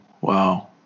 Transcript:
Wow